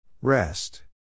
Rest